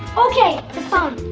okay, the phone!